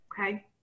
Okay